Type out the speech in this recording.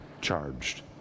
charged